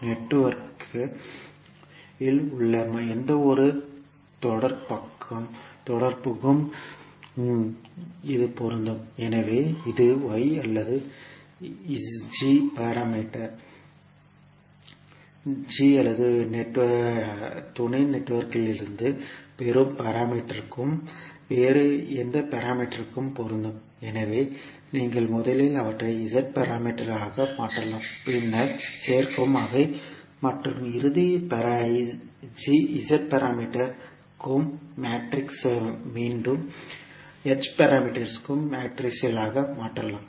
நெட்வொர்க்கில் உள்ள எந்தவொரு தொடர்புக்கும் இது பொருந்தும் எனவே இது y அல்லது g அல்லது துணை நெட்வொர்க்குகளிலிருந்து பெறும் பாராமீட்டர் கும் வேறு எந்த பாராமீட்டர் கும் பொருந்தும் எனவே நீங்கள் முதலில் அவற்றை z பாராமீட்டர் ஆக மாற்றலாம் பின்னர் சேர்க்கவும் அவை மற்றும் இறுதி z பாராமீட்டர் கும் மேட்ரிக்ஸை மீண்டும் h பாராமீட்டர்ஸ் மேட்ரிக்ஸாக மாற்றலாம்